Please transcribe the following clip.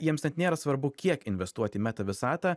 jiems net nėra svarbu kiek investuoti į meta visatą